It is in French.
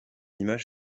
image